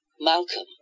Malcolm